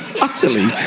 utterly